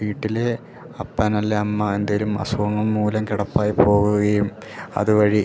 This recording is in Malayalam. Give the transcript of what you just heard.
വീട്ടിലെ അപ്പനല്ല അമ്മ എന്തേലും അസുഖം മൂലം കിടപ്പായി പോവുകയും അതുവഴി